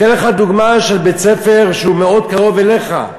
אתן לך דוגמה של בית-ספר שהוא מאוד קרוב אליך,